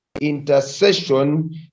Intercession